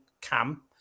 Cam